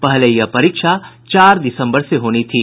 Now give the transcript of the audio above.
पहले यह परीक्षा चार दिसम्बर से होनी थी